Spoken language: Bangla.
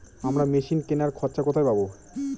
আমরা মেশিন কেনার খরচা কোথায় পাবো?